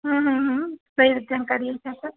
हुँ जानकारी